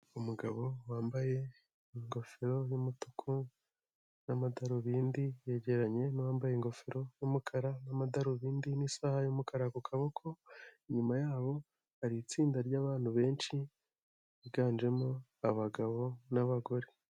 Umugabo wambaye ingofero y'umutuku n'amadarubindi, yegeranye nuwambaye ingofero y'umukara n'amadarubindi n'isaha y'umukara ku kaboko, inyuma yabo hari itsinda ryabantu benshi biganjemo abagabo n'abagore.